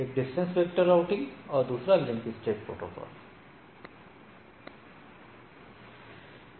एक distance vector है और दूसरा लिंक स्टेट प्रोटोकॉल है